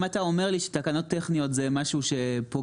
אם אתה אומר לי שתקנות טכניות זה משהו שפוגע